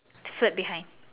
flip behind